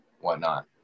whatnot